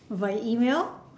via email